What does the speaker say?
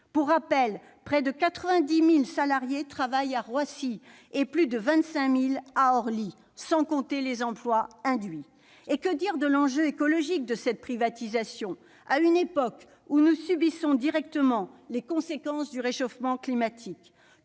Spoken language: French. Pour rappel, près de 90 000 salariés travaillent à Roissy et plus de 25 000 à Orly, sans compter les emplois induits. Et que dire de l'enjeu écologique d'une telle privatisation à une époque où nous subissons directement les conséquences du réchauffement climatique ?